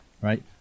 Right